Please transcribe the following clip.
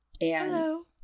Hello